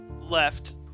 left